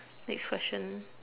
next question